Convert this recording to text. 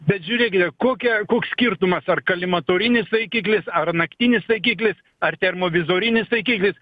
bet žiūrėkite kokią koks skirtumas ar kolimatorinis taikiklis ar naktinis taikiklis ar termovizorinis taikiklis